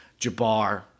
Jabbar